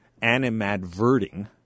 animadverting